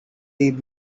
tnt